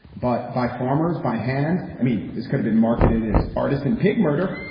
but by farmers by hand. i mean, this could've been marketed as artisan pig murder,